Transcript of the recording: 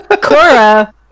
Cora